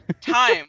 Time